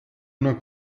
una